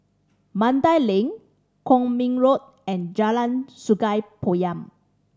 Mandai Link Kwong Min Road and Jalan Sungei Poyan